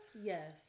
Yes